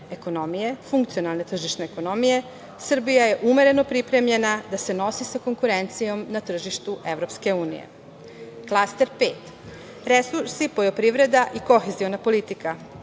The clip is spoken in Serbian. ekonomije, funkcionalne tržišne ekonomije. Srbija je umereno pripremljena da se nosi sa konkurencijom na tržištu EU.Klaster pet – resursi, poljoprivreda i koheziona politika